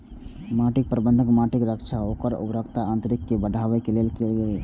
माटि प्रबंधन माटिक रक्षा आ ओकर उर्वरता आ यांत्रिकी कें बढ़ाबै लेल कैल गेल काज छियै